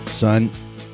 Son